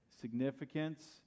significance